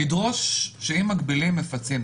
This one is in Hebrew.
לדרוש שאם מגבילים, מפצים.